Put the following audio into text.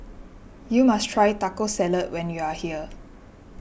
you must try Taco Salad when you are here